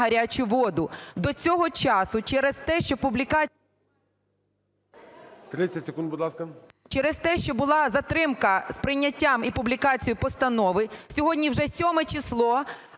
гарячу воду. До цього часу через те, що публікація… ГОЛОВУЮЧИЙ. 30 секунд, будь ласка. БАБАК А.В. Через те, що була затримка з прийняттям і публікацією постанови, сьогодні вже 7 число,